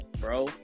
bro